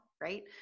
right